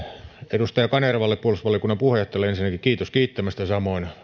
edustaja kanervalle puolustusvaliokunnan puheenjohtajalle ensinnäkin kiitos kiittämästä samoin